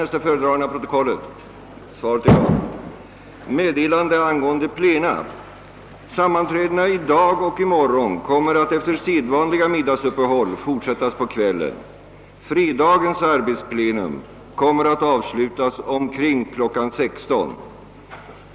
Sammanträdena i dag och i morgon kommer att efter sedvanliga middagsuppehåll fortsättas på kvällen. Fredagens arbetsplenum kommer att avslutas omkring kl. 16.00.